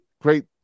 great